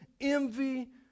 envy